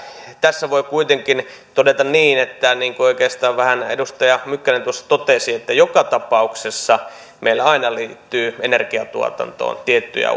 tässä voi kuitenkin todeta niin kuin oikeastaan vähän edustaja mykkänen tuossa totesi että joka tapauksessa meillä aina liittyy energiantuotantoon tiettyjä